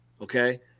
Okay